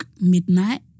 midnight